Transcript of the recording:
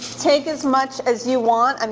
take as much as you want. um